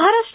Maharashtra